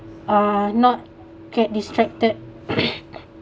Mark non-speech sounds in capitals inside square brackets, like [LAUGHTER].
uh not get distracted [COUGHS]